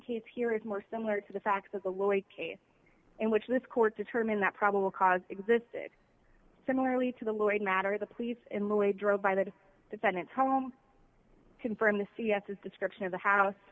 case here is more similar to the facts of the law a case in which this court determined that probable cause existed similarly to the way matter the police in the way drove by the defendant's home confirm the c s s description of the house